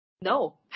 no